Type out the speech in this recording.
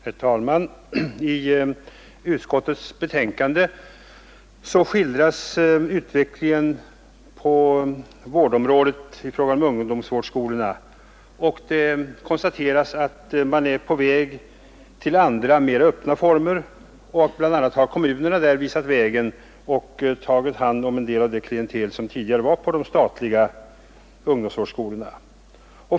Herr talman! I utskottets betänkande skildras utvecklingen på vårdområdet i fråga om ungdomsvårdsskolorna, och det konstateras att man är på väg till andra, mera öppna former. Bl. a. har kommunerna där visat vägen och tagit hand om en del av det klientel som tidigare var på de statliga ungdomsvårdsskolorna.